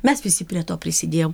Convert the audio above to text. mes visi prie to prisidėjom